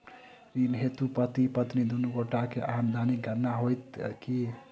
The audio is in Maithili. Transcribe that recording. ऋण हेतु पति पत्नी दुनू गोटा केँ आमदनीक गणना होइत की?